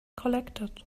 collected